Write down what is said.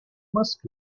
must